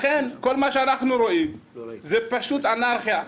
לכן כל מה שאנחנו רואים זו פשוט אנרכיה.